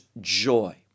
joy